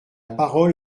parole